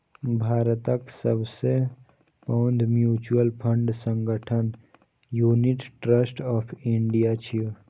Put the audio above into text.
भारतक सबसं पैघ म्यूचुअल फंड संगठन यूनिट ट्रस्ट ऑफ इंडिया छियै